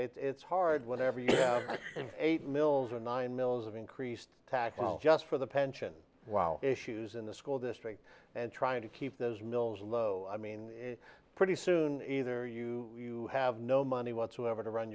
it's hard when every eight mills or nine mills of increased tax well just for the pension wow issues in the school district and trying to keep those mills low i mean pretty soon either you have no money whatsoever to run